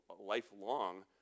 lifelong